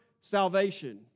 salvation